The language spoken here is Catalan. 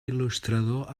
il·lustrador